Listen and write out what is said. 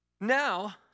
Now